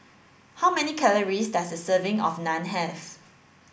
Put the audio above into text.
how many calories does a serving of Naan have